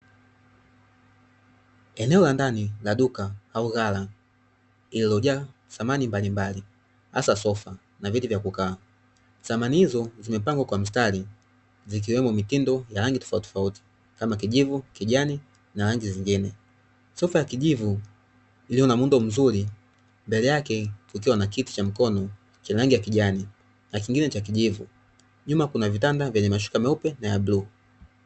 Eneo la ndani la duka au ghala lililojaa samani mbalimbali, hasa sofa na viti vya kukaa. Samani hizo zimepangwa kwa mstari zikiwemo mitindo na rangi tofautitofauti kama: kijivu, kijani na rangi zingine. Sofa ya kijivu iliyo na muundo mzuri mbele yake kukiwa na kiti cha mkono chenye rangi ya kijani na kingine cha kijivu. Nyuma kuna vitanda vyenye mashuka meupe na ya bluu.